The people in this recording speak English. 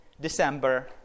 December